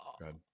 good